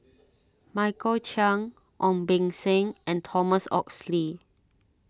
Michael Chiang Ong Beng Seng and Thomas Oxley